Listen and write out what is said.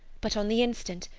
but, on the instant,